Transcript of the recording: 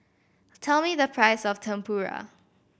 tell me the price of Tempura